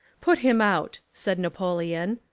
put him out, said napoleon.